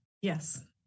Yes